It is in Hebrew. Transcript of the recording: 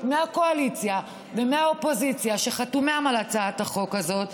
מהקואליציה ומהאופוזיציה שחתומים על הצעת החוק הזו,